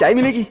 yeah minute,